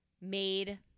made